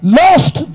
lost